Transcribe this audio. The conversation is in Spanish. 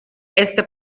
este